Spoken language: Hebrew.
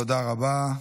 תודה רבה.